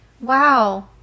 wow